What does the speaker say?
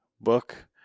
book